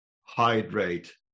hydrate